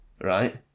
Right